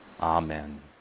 Amen